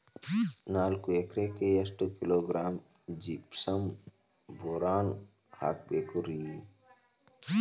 ನಾಲ್ಕು ಎಕರೆಕ್ಕ ಎಷ್ಟು ಕಿಲೋಗ್ರಾಂ ಜಿಪ್ಸಮ್ ಬೋರಾನ್ ಹಾಕಬೇಕು ರಿ?